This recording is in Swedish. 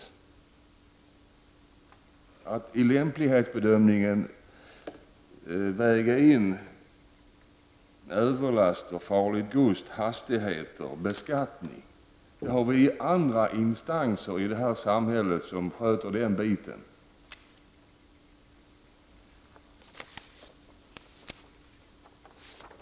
Man bör i lämplighetsbedömningen inte väga in överlaster, farligt gods, hastigheter och beskattning. Det har vi andra instanser i samhället som sköter.